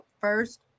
first